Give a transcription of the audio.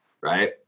right